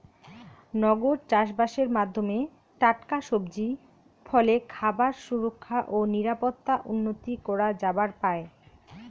নগর চাষবাসের মাধ্যমে টাটকা সবজি, ফলে খাবার সুরক্ষা ও নিরাপত্তা উন্নতি করা যাবার পায়